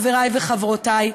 חברי וחברותי,